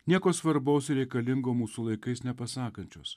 nieko svarbaus ir reikalingo mūsų laikais nepasakančios